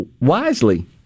wisely